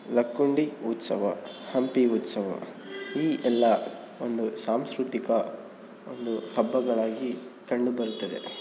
ಲಕ್ಕುಂಡಿ ಉತ್ಸವ ಹಂಪಿ ಉತ್ಸವ ಈ ಎಲ್ಲ ಒಂದು ಸಾಂಸ್ಕೃತಿಕ ಒಂದು ಹಬ್ಬಗಳಾಗಿ ಕಂಡುಬರುತ್ತದೆ